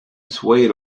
swayed